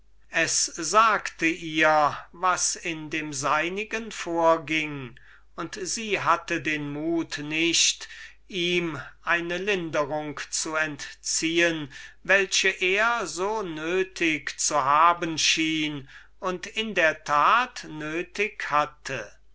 es sagte ihr was in dem seinigen vorging und sie hatte den mut nicht ihm eine lindrung zu entziehen welche er so nötig zu haben schien und in der tat nötig hatte